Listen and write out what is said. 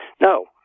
No